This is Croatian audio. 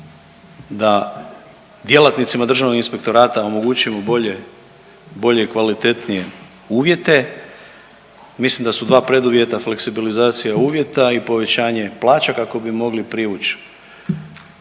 da djelatnicima Državnog inspektorata omogućimo bolje, bolje i kvalitetnije uvjete. Mislim da su dva preduvjeta fleksibilizacija uvjeta i povećanje plaća kako bi mogli privući